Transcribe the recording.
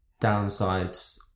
downsides